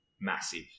massive